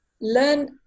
learn